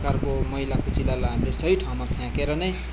प्रकारको मैला कुचैलालाई हामीले सही ठाउँमा फ्याँकेर नै